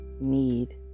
need